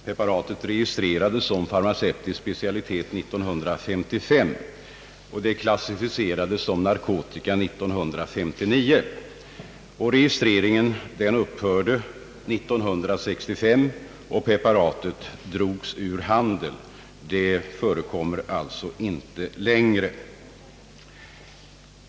Preparatet registrerades som farmaceutisk specialitet 1955, och det klassificerades som narkotika 1959. Registreringen upphävdes 1965 och preparatet drogs ur handeln. Det förekommer alltså inte längre.